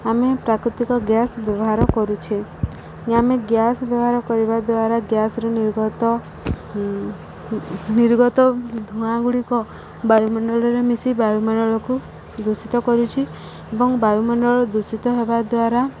ଆମେ ପ୍ରାକୃତିକ ଗ୍ୟାସ୍ ବ୍ୟବହାର କରୁଛେ ଆମେ ଗ୍ୟାସ୍ ବ୍ୟବହାର କରିବା ଦ୍ୱାରା ଗ୍ୟାସ୍ରେ ନିର୍ଗତ ନିର୍ଗତ ଧୂଆଁ ଗୁଡ଼ିକ ବାୟୁମଣ୍ଡଳରେ ମିଶି ବାୟୁମଣ୍ଡଳକୁ ଦୂଷିତ କରୁଛି ଏବଂ ବାୟୁମଣ୍ଡଳ ଦୂଷିତ ହେବା ଦ୍ୱାରା